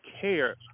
care